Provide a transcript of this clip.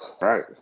Right